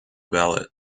ballot